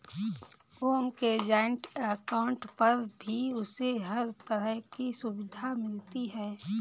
ओम के joint account पर भी उसे हर तरह की सुविधा मिलती है